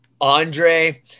Andre